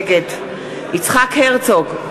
נגד יצחק הרצוג,